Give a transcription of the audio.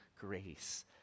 grace